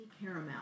caramel